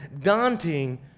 daunting